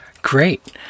Great